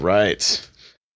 Right